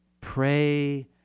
Pray